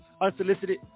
unsolicited